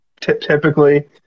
typically